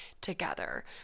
together